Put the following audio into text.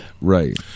Right